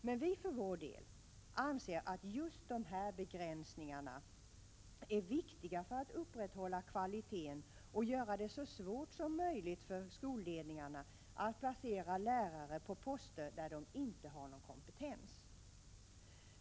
Men vi för vår del anser att just de här begränsningarna är viktiga för att upprätthålla kvaliteten och göra det så svårt som möjligt för skolledningarna att placera lärare på poster där de inte har kompetens.